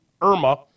Irma